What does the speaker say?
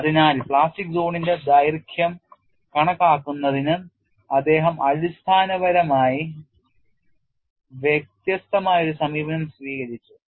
അതിനാൽ പ്ലാസ്റ്റിക് സോണിന്റെ ദൈർഘ്യം കണക്കാക്കുന്നതിന് അദ്ദേഹം അടിസ്ഥാനപരമായി വ്യത്യസ്തമായ ഒരു സമീപനം സ്വീകരിച്ചു